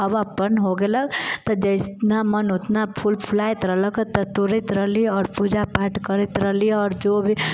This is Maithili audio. अब अपन हो गेलक तऽ जितना मन ओतना फूल फुलाइत रहलक तऽ तोड़ैत रहलहूँ आओर पूजा पाठ करैत रहलहुँ आओर जो भी